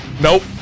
Nope